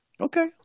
Okay